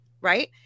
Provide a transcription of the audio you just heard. Right